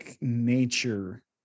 nature